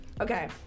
okay